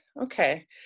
Okay